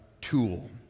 tool